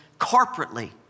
corporately